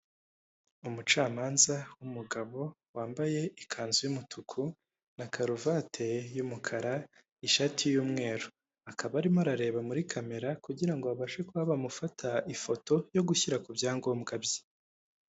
Umucamanza w'umugabo wambaye ikanzu y'umutuku na karuvati y'umukara, ishati y'umweru, akaba arimo arareba muri kamera kugira ngo abashe kuba bamufata ifoto yo gushyira ku byangombwa bye.